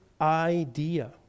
idea